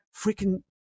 freaking